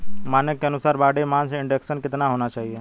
मानक के अनुसार बॉडी मास इंडेक्स कितना होना चाहिए?